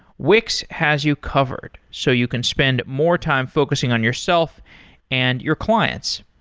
wix has you covered, so you can spend more time focusing on yourself and your clients.